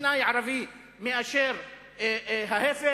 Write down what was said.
טכנאי ערבי מאשר ההיפך.